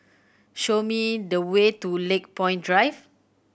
show me the way to Lakepoint Drive